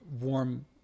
warm